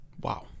Wow